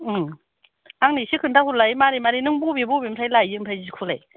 आंनो एसे खिन्थाहरलाय मारै मारै नों बबे बबेनिफ्राय लाययो ओमफाय जिखौलाय